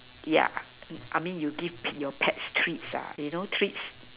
yeah I mean you give your pets treats you know treats